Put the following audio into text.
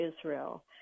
Israel